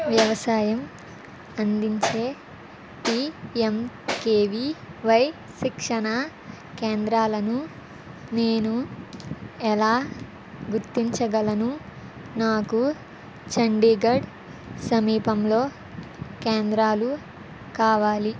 వ్యవసాయం అందించే P M K V Y శిక్షణా కేంద్రాలను నేను ఎలా గుర్తించగలను నాకు చండీగఢ్ సమీపంలో కేంద్రాలు కావాలి